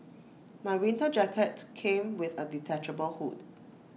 my winter jacket came with A detachable hood